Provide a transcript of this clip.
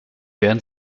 werden